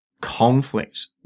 Conflict